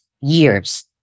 years